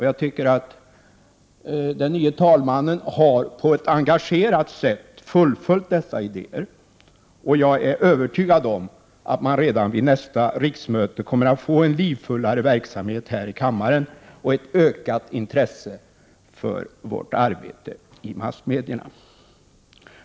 Jag tycker att den nye talmannen på ett engagerat sätt har fullföljt dessa idéer, och jag är övertygad om att man redan vid nästa riksmöte kommer att få en livfullare verksamhet här i kammaren och ett ökat intresse för vårt arbete i massmedierna.